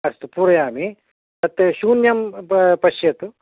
अस्तु पूरयामि तत् शून्यं पश्यतु